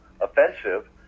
offensive